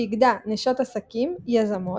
שאיגדה נשות עסקים, יזמות,